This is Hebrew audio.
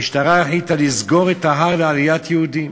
המשטרה החליטה לסגור את ההר לעליית יהודים.